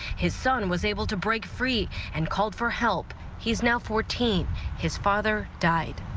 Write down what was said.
his son was able to break free and called for help he's now fourteen his father died.